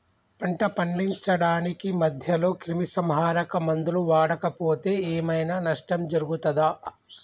పంట పండించడానికి మధ్యలో క్రిమిసంహరక మందులు వాడకపోతే ఏం ఐనా నష్టం జరుగుతదా?